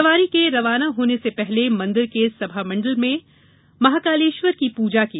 सवारी के रवाना होने के पूर्व मंदिर के सभामंडप में महाकालेश्वर की पूजा की जायेगी